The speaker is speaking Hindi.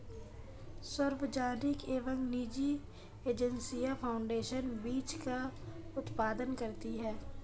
सार्वजनिक एवं निजी एजेंसियां फाउंडेशन बीज का उत्पादन करती है